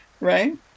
right